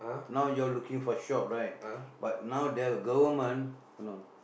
now you all looking for shop right but now the Government oh no